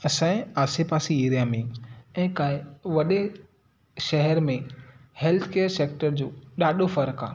असांजे आसे पासे एरिया में ऐं काए वॾे शहर में हेल्थ केयर सेक्टर जो ॾाढो फ़र्क़ु आहे